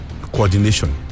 coordination